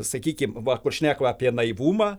sakykim va kur šneka apie naivumą